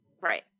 right